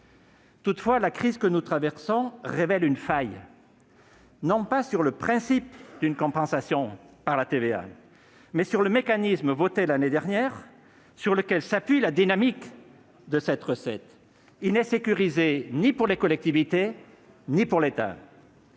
Toutefois, la crise que nous traversons révèle une faille non pas sur le principe d'une compensation par la TVA, mais sur le mécanisme voté l'année dernière et sur lequel s'appuie la dynamique de cette recette : il n'est sécurisé ni pour les collectivités ni pour l'État.